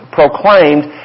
proclaimed